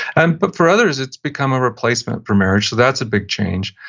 and but for others it's become a replacement for marriage, so that's a big change.